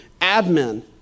admin